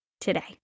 today